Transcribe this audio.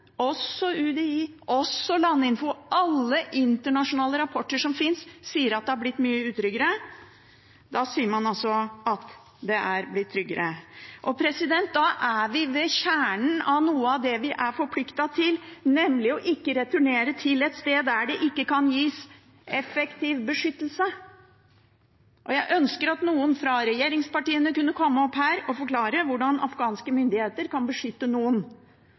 UDI og Landinfo og alle internasjonale rapporter som finnes, sier at det er blitt mye mer utrygt – sier man altså at det er blitt tryggere. Da er vi ved kjernen av noe av det vi er forpliktet til, nemlig å ikke returnere til et sted der det ikke kan gis effektiv beskyttelse. Jeg ønsker at noen fra regjeringspartiene kan komme opp her og forklare hvordan afghanske myndigheter kan beskytte noen